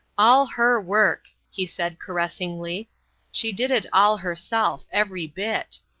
all her work, he said, caressingly she did it all herself every bit,